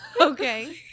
Okay